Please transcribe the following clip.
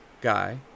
guy